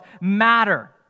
matter